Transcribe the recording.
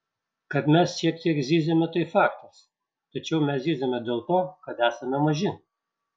kad mes šiek tiek zyziame tai faktas tačiau mes zyziame dėl to kad esame maži